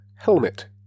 Helmet